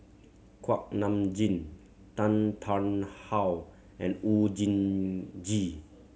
Kuak Nam Jin Tan Tarn How and Oon Jin Gee